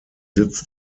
sitz